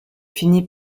finit